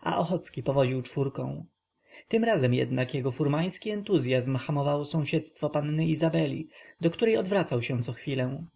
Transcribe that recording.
a ochocki powoził czwórką tym razem jednak jego furmański entuzyazm hamowało sąsiedztwo panny izabeli do której odwracał się cochwilę